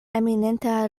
eminenta